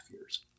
years